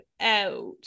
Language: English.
out